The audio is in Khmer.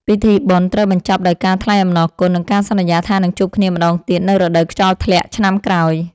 ពិធីបុណ្យត្រូវបញ្ចប់ដោយការថ្លែងអំណរគុណ និងការសន្យាថានឹងជួបគ្នាម្ដងទៀតនៅរដូវខ្យល់ធ្លាក់ឆ្នាំក្រោយ។